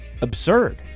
absurd